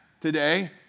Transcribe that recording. today